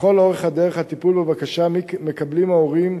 לכל אורך הטיפול בבקשה מקבלים ההורים